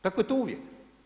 Tako je to uvijek.